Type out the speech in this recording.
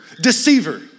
deceiver